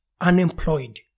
unemployed